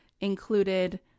included